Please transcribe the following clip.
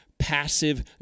passive